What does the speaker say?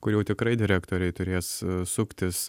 kur jau tikrai direktoriai turės suktis